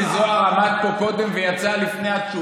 אתם מוכנים בגלל שחבר הכנסת מיקי זוהר עמד פה קודם ויצא לפני התשובה,